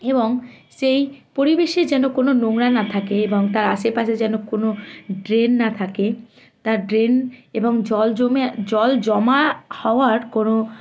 এবং সেই পরিবেশে যেন কোনো নোংরা না থাকে এবং তার আশেপাশে যেন কোনো ড্রেন না থাকে তার ড্রেন এবং জল জমে জল জমা হওয়ার কোনো